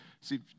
see